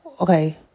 okay